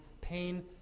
pain